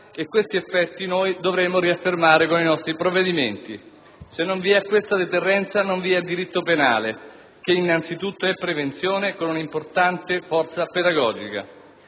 e questi effetti dovremo riaffermare con i nostri provvedimenti. Se non vi è questa deterrenza non vi è diritto penale, che innanzi tutto è prevenzione con un'importante forza pedagogica.